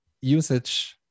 usage